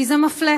כי זה מפלה.